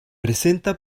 presenta